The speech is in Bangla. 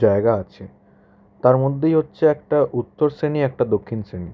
জায়গা আছে তার মধ্যেই হচ্ছে একটা উত্তর শ্রেণী আর একটা দক্ষিণ শ্রেণী